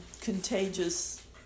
contagious